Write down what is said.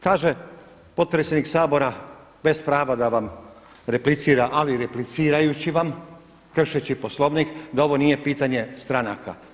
Kaže potpredsjednik Sabora bez prava da vam replicira, ali replicirajući vam, kršeći Poslovnik da ovo nije pitanje stranaka.